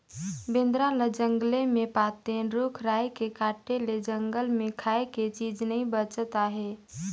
बेंदरा ल जंगले मे पातेन, रूख राई के काटे ले जंगल मे खाए के चीज नइ बाचत आहे